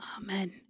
amen